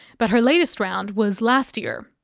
but her latest round was last year.